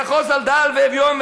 יחֹס על דל ואביון,